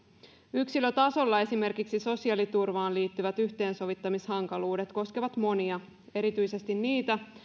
yksilötasolla esimerkiksi sosiaaliturvaan liittyvät yhteensovittamishankaluudet koskevat monia erityisesti niitä